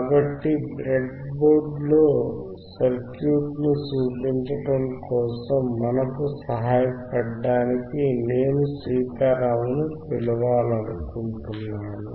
కాబట్టి బ్రెడ్బోర్డ్లో సర్క్యూట్ను చూపించడం కోసం మనకు సహాయపడటానికి నేను సీతారామ్ను పిలవాలనుకుంటున్నాను